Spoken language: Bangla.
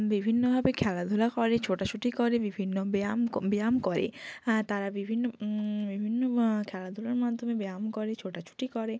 বিভিন্নভাবে খেলাধূলা করে ছোটাছুটি করে বিভিন্ন ব্যায়াম ব্যায়াম করে তারা বিভিন্ন বিভিন্ন খেলাধূলার মাধ্যমে ব্যায়াম করে ছোটাছুটি করে